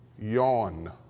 yawn